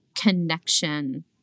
connection